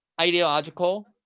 Ideological